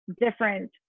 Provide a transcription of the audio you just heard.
different